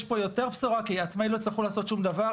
יש פה יותר בשורה כי עצמאיים לא יצטרכו לעשות שום דבר,